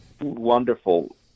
wonderful